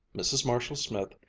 mrs. marshall-smith,